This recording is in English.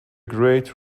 great